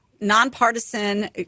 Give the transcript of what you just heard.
nonpartisan